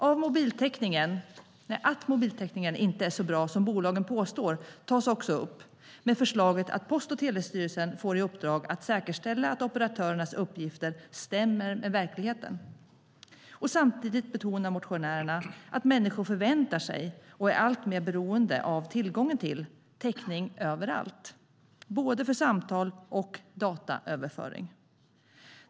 Att mobiltäckningen inte är så bra som bolagen påstår tas också upp, med förslaget att Post och telestyrelsen får i uppdrag att säkerställa att operatörernas uppgifter stämmer med verkligheten. Samtidigt betonar motionärerna att människor förväntar sig och är alltmer beroende av tillgång till täckning överallt, både för samtal och för dataöverföring.